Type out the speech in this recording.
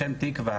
בשם תקווה,